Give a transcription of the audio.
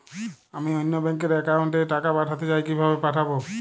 আমি অন্য ব্যাংক র অ্যাকাউন্ট এ টাকা পাঠাতে চাই কিভাবে পাঠাবো?